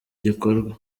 gikorwa